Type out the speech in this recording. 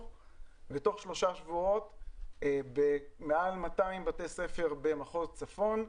ותוך שלושה שבועות במעל 200 בתי ספר במחוז צפון.